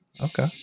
Okay